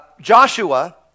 Joshua